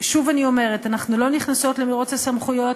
שוב אני אומרת, אנחנו לא נכנסות למירוץ הסמכויות,